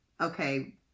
okay